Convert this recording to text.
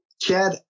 Chad